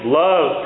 love